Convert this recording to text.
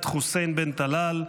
את חוסיין בן טלאל,